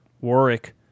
Warwick